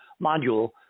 module